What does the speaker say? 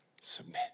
submit